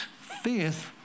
faith